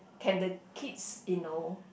can the kids you know